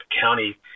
County